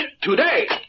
Today